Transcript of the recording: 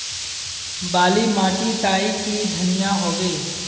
बाली माटी तई की धनिया होबे?